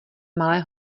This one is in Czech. malé